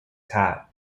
tap